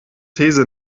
these